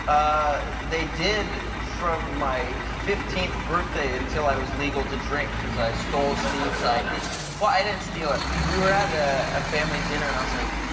they did from my fifteenth birthday until i was legal to drink cause i stole steve's i d. well, i didn't steal it. we were at a ah family dinner, and i was like,